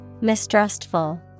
Mistrustful